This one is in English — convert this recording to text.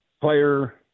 player